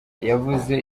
yavuze